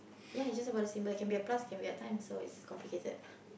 ya it's just about the symbol it can be a plus it can be a times so it's just complicated